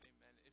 Amen